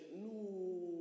no